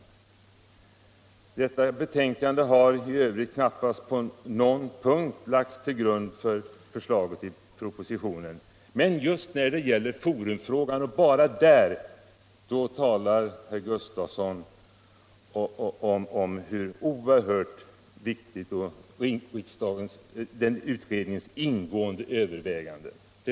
Trafikmålskommitténs betänkande har knappast på någon punkt lagts till grund för förslagen i propositionen. Men just när det gäller forumfrågan — och bara där — talar herr Gustafson om hur oerhört viktigt utredningens ställningstagande varit.